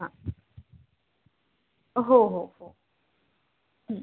हां हो हो हो